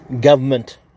government